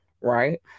Right